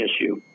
issue